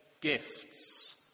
gifts